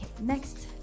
Next